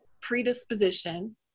predisposition